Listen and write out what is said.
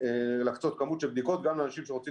להקצות כמות של בדיקות גם לאנשים שרוצים